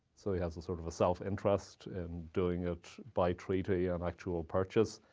so he has a sort of self-interest in doing it by treaty an actual purchase.